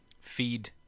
feed